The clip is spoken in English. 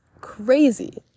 crazy